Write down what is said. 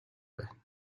байна